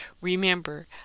Remember